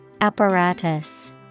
Apparatus